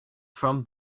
from